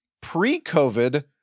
Pre-COVID